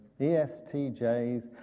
ESTJs